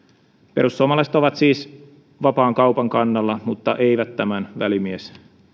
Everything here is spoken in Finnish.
perussuomalaiset ovat siis vapaan kaupan kannalla mutta eivät tämän